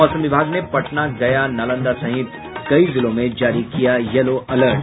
मौसम विभाग ने पटना गया नालंदा सहित कई जिलों में जारी किया येलो अलर्ट